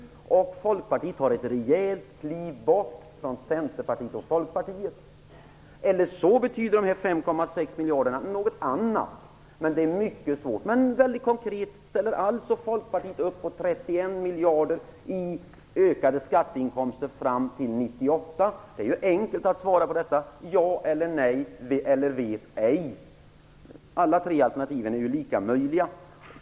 Folkpartiet tar då ett rejält kliv bort från andra borgerliga partier. Kanske betyder dessa 5,6 miljarder något annat. Jag är mycket konkret. Ställer Folkpartiet upp på Det är enkelt att svara på den frågan. Man kan säga: ja, nej eller vet ej. Alla tre alternativ är lika möjliga.